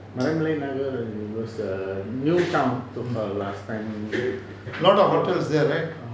a lot of hotels there right